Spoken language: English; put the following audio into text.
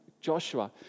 Joshua